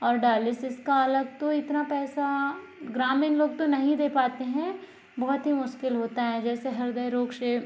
और डायलिसिस का अलग तो इतना पैसा ग्रामीण लोग तो नहीं दे पाते हैं बहुत ही मुश्किल होता है जैसे हृदय रोग से